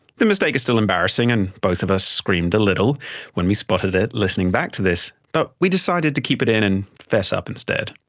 the mistake is still embarrassing and both of us screamed a little when we spotted it listening back to this, but we decided to keep it in and fess up instead.